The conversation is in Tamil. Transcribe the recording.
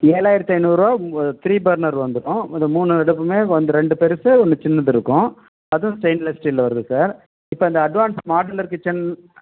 ஏழாயிரத்தி ஐந்நூறுபா உங்கள் த்ரீ பர்னர் வந்துடும் அந்த மூணு அடுப்புமே வந்து ரெண்டு பெருசு ஒன்று சின்னது இருக்கும் அதுவும் ஸ்டெயின்லெஸ் ஸ்டீல்ல வருது சார் இப்போ இந்த அட்வான்ஸ் மாடுலர் கிச்சன்